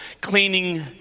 cleaning